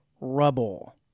rubble